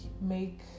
make